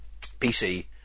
PC